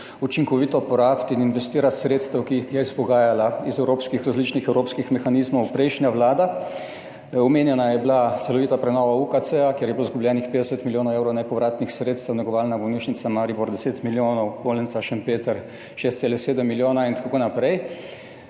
učinkovito porabiti in investirati sredstev, ki jih je izpogajala iz različnih evropskih mehanizmov prejšnja vlada. Omenjena je bila celovita prenova UKC, kjer je bilo izgubljenih 50 milijonov evrov nepovratnih sredstev, negovalna bolnišnica Maribor 10 milijonov, bolnica Šempeter 6,7 milijona in tako naprej.